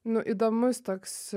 nu įdomus toks